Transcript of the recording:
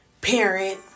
parent